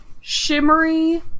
shimmery